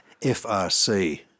FRC